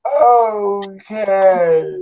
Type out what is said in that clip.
Okay